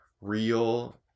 real